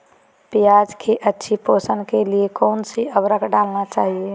प्याज की अच्छी पोषण के लिए कौन सी उर्वरक डालना चाइए?